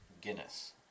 Guinness